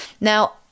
Now